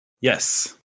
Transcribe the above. Yes